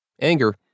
anger